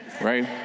right